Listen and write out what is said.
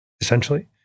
essentially